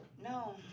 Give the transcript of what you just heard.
No